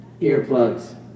Earplugs